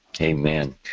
Amen